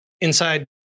inside